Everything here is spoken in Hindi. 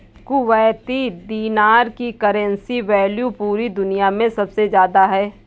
कुवैती दीनार की करेंसी वैल्यू पूरी दुनिया मे सबसे ज्यादा है